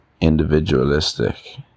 individualistic